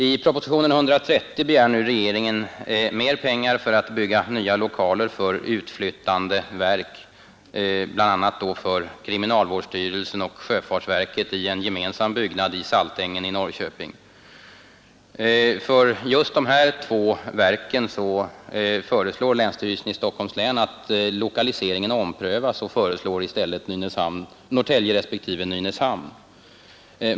I propositionen 130 begär nu regeringen mer pengar för att bygga nya lokaler för utflyttande verk, bl.a. för kriminalvårdsstyrelsen och sjöfartsverket i en gemensam byggnad i Saltängen i Norrköping. För just des yrelsen i Stockholms län att lokaliseringen bör omprövas och föreslår i stället Norrtälje respektive Nynäshamn.